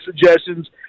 suggestions